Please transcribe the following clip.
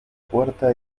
puerta